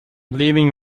leaving